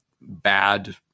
bad